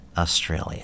Australia